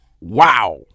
wow